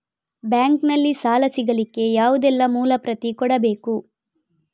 Bank ನಲ್ಲಿ ಸಾಲ ಸಿಗಲಿಕ್ಕೆ ಯಾವುದೆಲ್ಲ ಮೂಲ ಪ್ರತಿ ಕೊಡಬೇಕು?